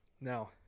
Now